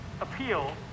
appeal